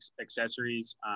accessories